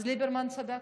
אז ליברמן צדק.